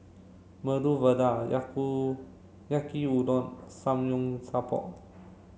Medu Vada Yaki udon and Samgeyopsal